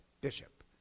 bishop